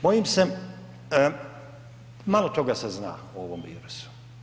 Bojim se malo toga se zna o ovom virusu.